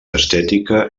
estètica